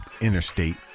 interstate